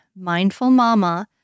mindfulmama